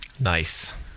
nice